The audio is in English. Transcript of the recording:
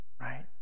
Right